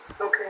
Okay